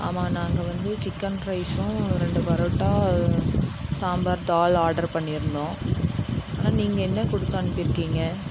ஆமாம் நாங்கள் வந்து சிக்கன் ரைஸும் ரெண்டு பரோட்டா சாம்பார் தால் ஆடர் பண்ணியிருந்தோம் ஆனால் நீங்கள் என்ன கொடுத்து அனுப்பியிருக்கீங்க